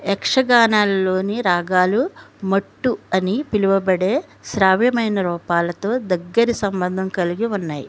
యక్షగానలోని రాగాలు మట్టు అని పిలువబడే శ్రావ్యమైన రూపాలతో దగ్గరి సంబంధం కలిగి ఉన్నాయి